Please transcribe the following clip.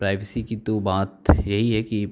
privacy की तो बात है ही है कि